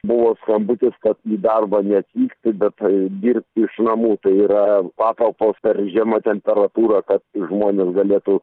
buvo skambutis kad į darbą neatvykti bet dirb iš namų tai yra patalpos per žema temperatūra kad žmonės galėtų